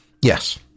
Yes